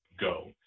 go